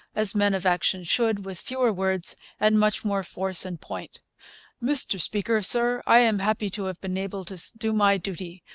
as men of action should, with fewer words and much more force and point mr speaker, sir, i am happy to have been able to do my duty.